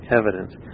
evidence